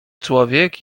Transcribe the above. człowiek